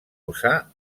usar